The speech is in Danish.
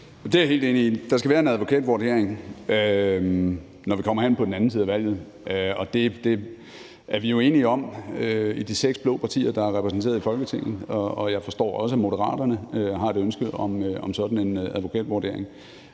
Det er jeg helt enig i. Der skal være en advokatvurdering, når vi kommer hen på den anden side af valget, og det er vi jo i de seks blå partier, der er repræsenteret i Folketinget, enige om, og jeg forstår også, at Moderaterne har et ønske om en sådan advokatvurdering.